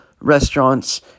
restaurants